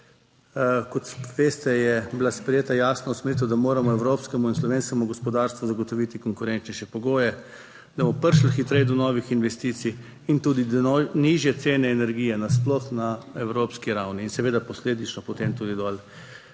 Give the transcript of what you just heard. Kot veste, je bila sprejeta jasna usmeritev, da moramo evropskemu in slovenskemu gospodarstvu zagotoviti konkurenčnejše pogoje, da bomo prišli hitreje do novih investicij in tudi do nižje cene energije nasploh. na evropski ravni in seveda posledično potem tudi dol